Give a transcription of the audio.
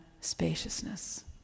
spaciousness